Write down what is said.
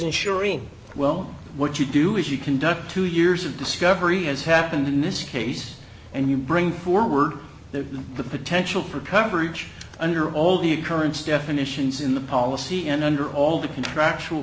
insuring well what you do is you conduct two years of discovery as happened in this case and you bring forward the the potential for coverage under all the occurrence definitions in the policy and under all the contractual